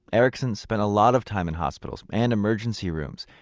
ericson spent a lot of time in hospitals and emergency rooms.